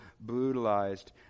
brutalized